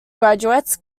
graduates